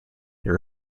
they